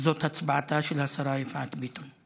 זאת הצבעתה של השרה יפעת ביטון.